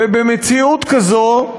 ובמציאות כזאת,